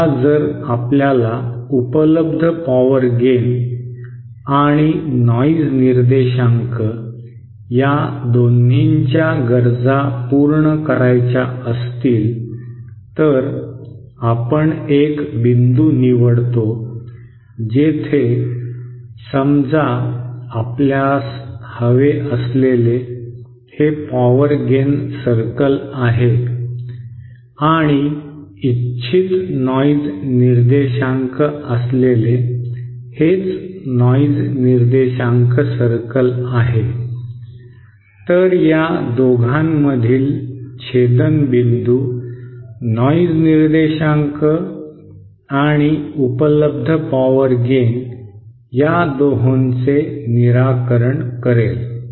आता जर आपल्याला उपलब्ध पॉवर गेन आणि नॉइज निर्देशांक या दोन्हींच्या गरजा पूर्ण करायच्या असतील तर आपण एक बिंदू निवडतो जेथे समजा आपल्यास हवे असलेले हे पॉवर गेन सर्कल आहे आणि इच्छित नॉइज निर्देशांक असलेले हेच नॉइज निर्देशांक सर्कल आहे तर या दोघांमधील छेदनबिंदू नॉइज निर्देशांक आणि उपलब्ध पॉवर गेन या दोहोंचे निराकरण करेल